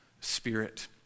spirit